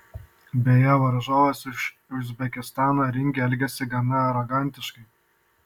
beje varžovas iš uzbekistano ringe elgėsi gana arogantiškai